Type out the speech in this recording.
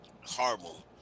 horrible